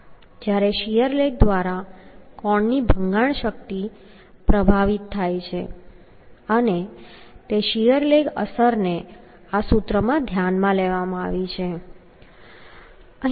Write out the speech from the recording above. જ્યાં shear lag દ્વારા કોણની ભંગાણ શક્તિ પ્રભાવિત થાય છે અને તે શીયર લેગ અસરને આ સૂત્રમાં ધ્યાનમાં લેવામાં આવી છે